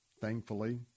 thankfully